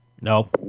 no